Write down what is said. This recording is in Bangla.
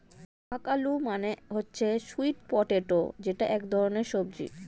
শাক আলু মানে হচ্ছে স্যুইট পটেটো যেটা এক ধরনের সবজি